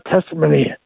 testimony